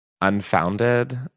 unfounded